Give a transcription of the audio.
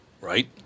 Right